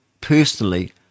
personally